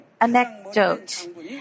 anecdote